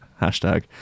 hashtag